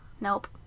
Nope